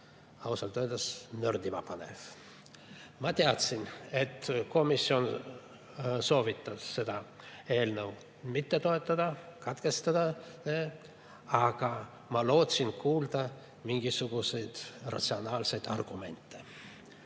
ausalt öeldes nördima panev. Ma teadsin, et komisjon soovitas seda eelnõu mitte toetada, [menetluse] katkestada. Aga ma lootsin kuulda mingisuguseid ratsionaalseid argumente.